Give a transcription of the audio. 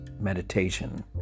meditation